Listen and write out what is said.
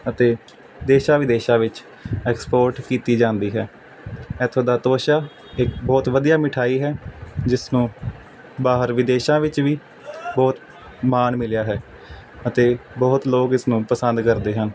ਅਤੇ ਦੇਸ਼ਾਂ ਵਿਦੇਸ਼ਾਂ ਵਿੱਚ ਐਕਸਪੋਰਟ ਕੀਤੀ ਜਾਂਦੀ ਹੈ ਇੱਥੋਂ ਦਾ ਤੋਸ਼ਾ ਇੱਕ ਬਹੁਤ ਵਧੀਆ ਮਿਠਾਈ ਹੈ ਜਿਸ ਨੂੰ ਬਾਹਰ ਵਿਦੇਸ਼ਾਂ ਵਿੱਚ ਵੀ ਬਹੁਤ ਮਾਣ ਮਿਲਿਆ ਹੈ ਅਤੇ ਬਹੁਤ ਲੋਕ ਇਸ ਨੂੰ ਪਸੰਦ ਕਰਦੇ ਹਨ